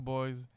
Boys